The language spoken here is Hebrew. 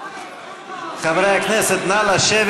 חבר הכנסת איימן עודה,